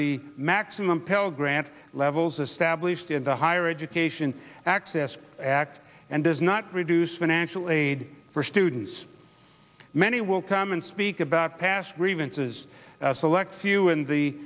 the maximum pell grant levels established in the higher education access act and does not reduce financial aid for students many will come and speak about past revenge says a select